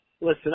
Listen